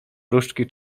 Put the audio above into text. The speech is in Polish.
różdżki